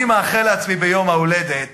אני מאחל לעצמי ביום ההולדת